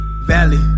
Valley